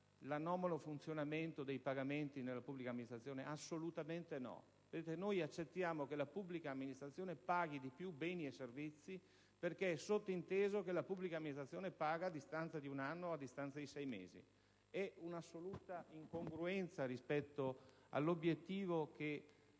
l'anomalo funzionamento dei pagamenti nella pubblica amministrazione? Assolutamente no. Noi accettiamo che la pubblica amministrazione paghi di più beni e servizi perché è sottinteso che essa paghi a distanza di sei mesi o addirittura di un anno. È un'assoluta incongruenza rispetto all'obiettivo che